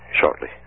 shortly